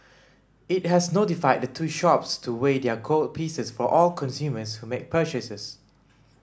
it has notified the two shops to weigh their gold pieces for all consumers who make purchases